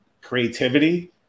creativity